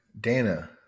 Dana